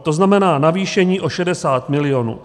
To znamená navýšení o 60 milionů.